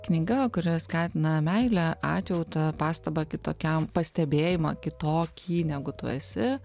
knyga kuri skatina meilę atjautą pastabą kitokiam pastebėjimą kitokį negu tu esi